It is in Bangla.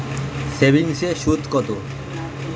সেভিংসে সুদ কত?